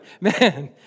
man